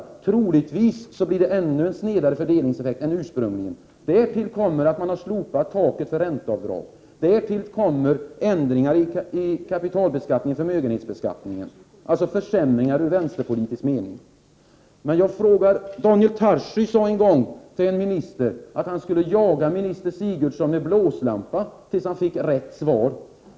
Det blir troligtvis en ännu mera sned fördelningseffekt än det ursprungligen var. Därtill kommer att man har slopat taket för ränteavdrag och ändringar i kapitaloch förmögenhetsbeskattningen med försämringar till följd, enligt vänsterpolitisk mening. Daniel Tarschys sade en gång att han skulle jaga minister Sigurdsen med blåslampa till dess han fick rätt svar.